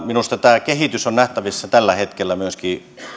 minusta tämä kehitys on nähtävissä tällä hetkellä myöskin